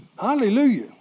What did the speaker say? Hallelujah